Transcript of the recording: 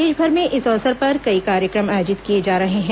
देशभर में इस अवसर पर कई कार्यक्रम आयोजित किए जा रहे हैं